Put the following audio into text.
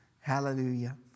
Hallelujah